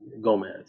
Gomez